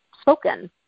spoken